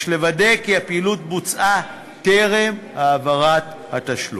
ויש לוודא כי הפעילות בוצעה טרם העברת התשלום.